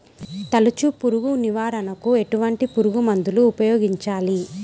తొలుచు పురుగు నివారణకు ఎటువంటి పురుగుమందులు ఉపయోగించాలి?